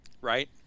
right